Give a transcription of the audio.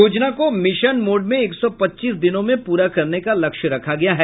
योजना को mission mode में एक सौ पच्चीस दिनों में पूरा करने का लक्ष्य रखा गया है